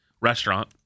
restaurant